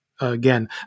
again